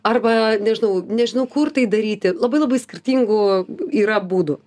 arba nežinau nežinau kur tai daryti labai labai skirtingų yra būdų